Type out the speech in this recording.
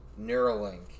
Neuralink